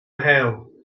hail